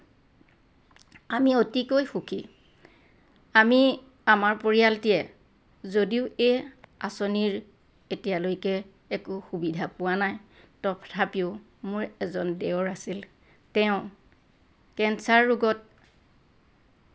আমি অতিকৈ সুখী আমাৰ পৰিয়ালটিয়ে যদিও এই আঁচনিৰ এতিয়ালৈকে একো সুবিধা পোৱা নাই তথাপিও মোৰ এজন দেওৰ আছিল তেই কেঞ্চাৰ ৰোগত